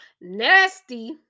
nasty